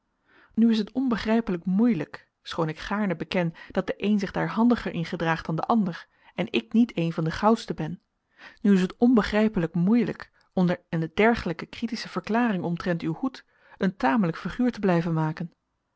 nu is het onbegrijpelijk moeielijk schoon ik gaarne beken dat de een zich daar handiger in gedraagt dan de ander en ik niet een van de gauwsten ben nu is het onbegrijpelijk moeielijk onder eene dergelijke critische verklaring omtrent uw hoed een tamelijk figuur te blijven maken